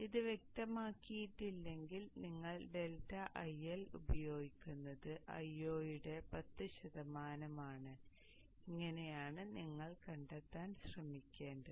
ഇത് വ്യക്തമാക്കിയിട്ടില്ലെങ്കിൽ നിങ്ങൾ ഡെൽറ്റ IL ഉപയോഗിക്കുന്നത് Io യുടെ 10 ശതമാനം ആണ് ഇങ്ങനെയാണ് നിങ്ങൾ കണ്ടെത്താൻ ശ്രമിക്കേണ്ടത്